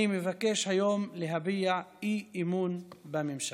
אני מבקש היום להביע אי-אמון בממשלה.